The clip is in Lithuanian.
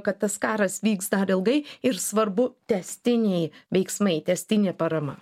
kad tas karas vyks dar ilgai ir svarbu tęstiniai veiksmai tęstinė parama